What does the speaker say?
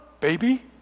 baby